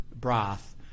broth